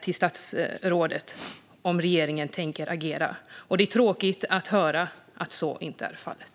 till statsrådet om regeringen tänker agera. Det är tråkigt att höra att så inte är fallet.